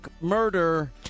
murder